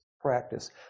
practice